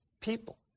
people